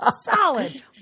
solid